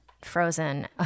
frozen